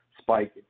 spike